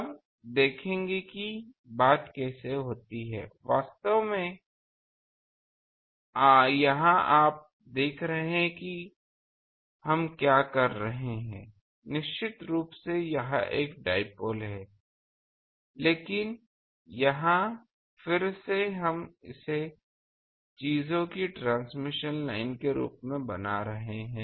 अब देखेंगे कि बात कैसे होती है वास्तव में यहाँ आप देख रहे हैं कि हम क्या कर रहे हैं निश्चित रूप से यह एक डाइपोल है लेकिन यहाँ फिर से हम इसे चीजों की ट्रांसमिशन लाइन के रूप में बना रहे हैं